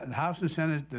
and house and senate,